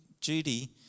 Judy